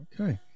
Okay